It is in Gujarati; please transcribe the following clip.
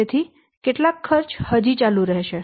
તેથી કેટલાક ખર્ચ હજી ચાલુ રહેશે